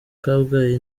kabgayi